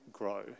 grow